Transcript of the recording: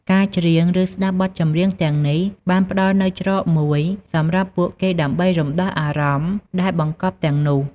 ការច្រៀង ឬស្តាប់បទចម្រៀងទាំងនេះបានផ្តល់នូវ ច្រកមួយ សម្រាប់ពួកគេដើម្បីរំដោះអារម្មណ៍ដែលបង្កប់ទាំងនោះ។